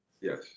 Yes